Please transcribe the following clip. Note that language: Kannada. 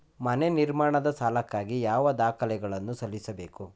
ಮನೆ ನಿರ್ಮಾಣದ ಸಾಲಕ್ಕಾಗಿ ಯಾವ ದಾಖಲೆಗಳನ್ನು ಸಲ್ಲಿಸಬೇಕು?